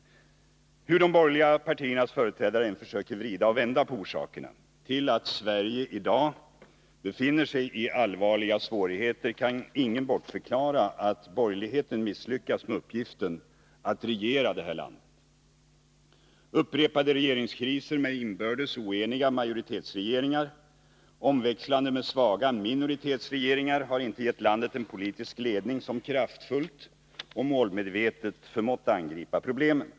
Hur de borgerliga partiernas företrädare än försöker vända och vrida på orsakerna till att Sverige i dag befinner sig i allvarliga svårigheter kan ingen bortförklara att borgerligheten misslyckats med uppgiften att regera det här landet. Upprepade regeringskriser, med inbördes oeniga majoritetsregeringar, omväxlande med svaga minoritetsregeringar, har inte gett landet en politisk ledning som kraftfullt och målmedvetet förmått angripa problemen.